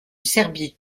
serbie